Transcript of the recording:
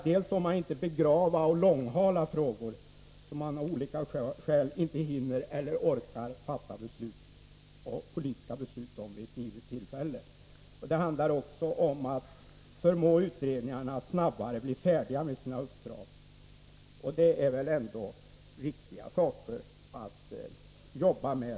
Det handlar om att man inte får begrava och långhala frågor som man av olika skäl inte hinner eller orkar fatta politiska beslut om Beredning av regevid ett givet tillfälle. Det handlar också om att förmå utredarna att snabbare ringsärenden bli färdiga med sina uppdrag. Det är viktiga saker att arbeta med.